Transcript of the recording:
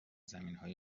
زمینهای